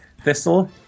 Thistle